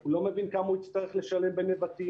הוא לא מבין כמה הוא יצטרך לשלם בנבטים,